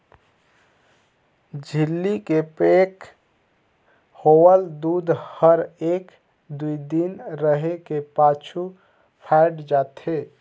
झिल्ली के पैक होवल दूद हर एक दुइ दिन रहें के पाछू फ़ायट जाथे